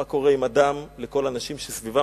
מה קורה עם הדם לכל האנשים שסביבם,